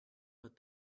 put